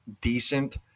decent